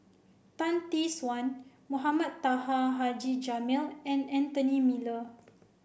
Tan Tee Suan Mohamed Taha Haji Jamil and Anthony Miller